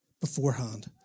beforehand